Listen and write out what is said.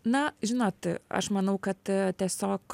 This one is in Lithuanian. na žinot aš manau kad tiesiog